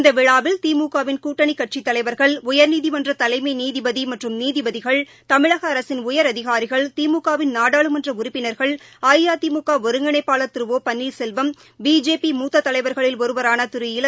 இந்த விழாவில் திமுகவின் கூட்டணி கட்சி தலைவர்கள் உயர்நீதிமன்ற தலைமை நீதிபதி மற்றும் நீதிபதிகள் தமிழக அரசின் உயரதிகாரிகள் திமுகவின் நாடாளுமன்ற உறுப்பினர்கள் அஇஅதிமுக ஒருங்கிணைப்பாளர் திரு ஒ பன்னீர்செல்வம் பிஜேபி மூத்த தலைவர்களில் ஒருவரான திரு இல